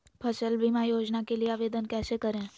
फसल बीमा योजना के लिए आवेदन कैसे करें?